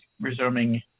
resuming